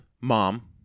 mom